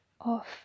off